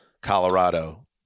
Colorado